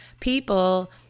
people